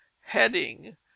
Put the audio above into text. heading